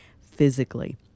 physically